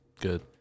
Good